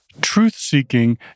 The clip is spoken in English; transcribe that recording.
Truth-seeking